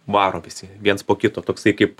varo visi viens po kito toksai kaip